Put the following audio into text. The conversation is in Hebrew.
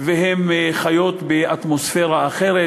והן חיות באטמוספירה אחרת,